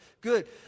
Good